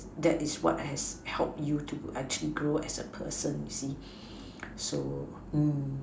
that is what has help you to actually grow as a person you see so